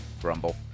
Grumble